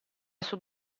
sud